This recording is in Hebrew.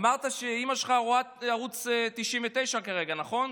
אמרת שאימא שלך רואה ערוץ 99 כרגע, נכון?